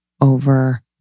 over